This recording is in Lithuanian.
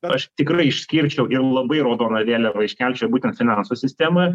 aš tikrai išskirčiau ir labai raudona vėliava iškelčiau būtent finansų sistemą